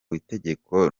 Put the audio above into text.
itegeko